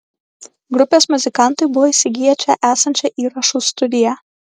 grupės muzikantai buvo įsigiję čia esančią įrašų studiją